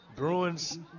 Bruins